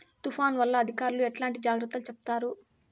తుఫాను వల్ల అధికారులు ఎట్లాంటి జాగ్రత్తలు చెప్తారు?